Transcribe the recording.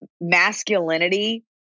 masculinity